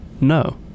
No